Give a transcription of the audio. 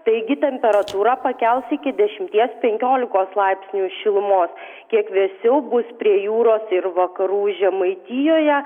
taigi temperatūrą pakels iki dešimties penkiolikos laipsnių šilumos kiek vėsiau bus prie jūros ir vakarų žemaitijoje